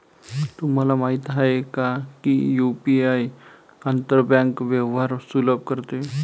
तुम्हाला माहित आहे का की यु.पी.आई आंतर बँक व्यवहार सुलभ करते?